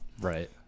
right